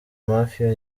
mafia